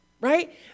right